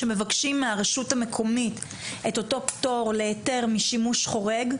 שמבקשים מהרשות המקומית את אותו פטור להיתר משימוש חורג,